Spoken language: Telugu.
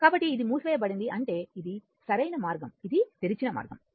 కాబట్టి ఇది మూసివేయబడింది అంటే ఇది సరైన మార్గం ఇది తెరిచిన మార్గం